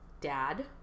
dad